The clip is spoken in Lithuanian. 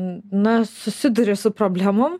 na susiduria su problemom